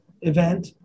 event